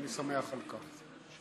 ואני שמח על כך.